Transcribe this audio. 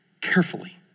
Carefully